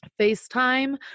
FaceTime